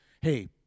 hey